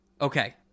okay